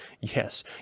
Yes